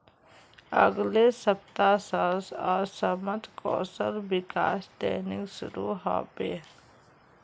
अगले सप्ताह स असमत कौशल विकास ट्रेनिंग शुरू ह बे